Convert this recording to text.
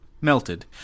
Melted